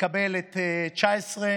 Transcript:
תקבל 19,000,